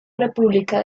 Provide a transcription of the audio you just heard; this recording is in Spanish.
república